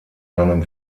seinem